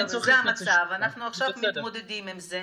ברשות יושב-ראש הכנסת, הינני מתכבדת להודיעכם,